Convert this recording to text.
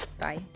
Bye